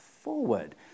forward